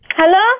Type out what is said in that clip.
Hello